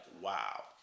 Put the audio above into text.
wow